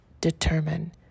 determine